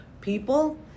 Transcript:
people